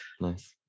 Nice